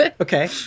okay